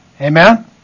Amen